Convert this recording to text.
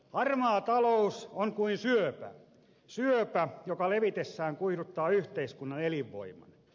harmaa talous on kuin syöpä syöpä joka levitessään kuihduttaa yhteiskunnan elinvoiman